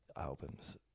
albums